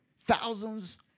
Thousands